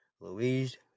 Louise